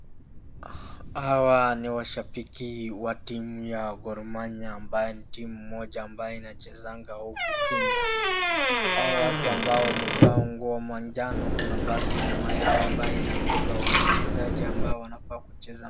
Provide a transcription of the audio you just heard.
Hawa ni washabiki wa timu ya Gor Mahia ambayo ni timu moja ambayo inachezaga huku Kenya. Hawa watu ambao wamevaa nguo manjano kuna basi nyuma yao ambayo inabeba wachezaji ambao wanafaa kucheza.